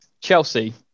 Chelsea